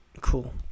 cool